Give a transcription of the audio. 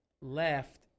left